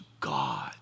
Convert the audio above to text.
God